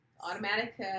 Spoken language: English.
Automatic